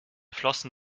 flossen